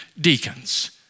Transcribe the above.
deacons